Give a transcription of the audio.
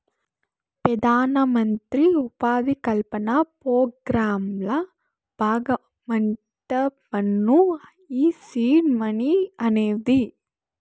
పెదానమంత్రి ఉపాధి కల్పన పోగ్రాంల బాగమంటమ్మను ఈ సీడ్ మనీ అనేది